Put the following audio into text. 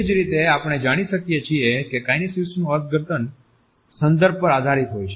તે જ રીતે આપણે જાણી શકીએ છીએ કે કાઈનેસીક્સનુ અર્થઘટન સંદર્ભ પર આધારિત હોય છે